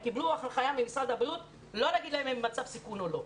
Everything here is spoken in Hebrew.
הם קיבלו הנחיה ממשרד הבריאות לא להגיד להם אם הם במצב סיכון או לא.